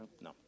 No